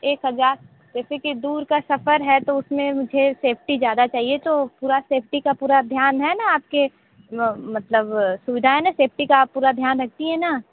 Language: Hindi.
एक हज़ार जैसे की दूर का सफर है तो उसमें मुझे सेफ़्टी ज़्यादा चाहिए तो पूरा सेफ़्टी का पूरा ध्यान है न आपके मतलब सुविधा है न सेफ़्टी का पूरा धयान रखती है न